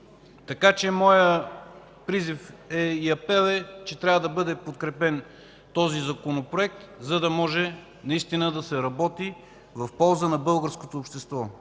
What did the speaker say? система. Моят призив и апел е да бъде подкрепен този Законопроект, за да може наистина да се работи в полза на българското общество.